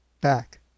back